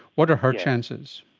what are her chances?